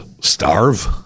starve